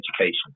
education